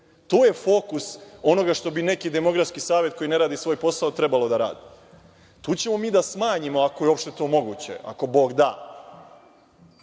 Tu je fokus onoga što bi neki demografski savet koji ne radi svoj posao trebalo da radi. Tu ćemo mi da smanjimo, ako je uopšte to moguće, ako Bog da,